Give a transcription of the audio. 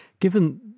Given